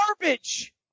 garbage